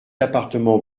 appartement